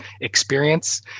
experience